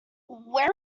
where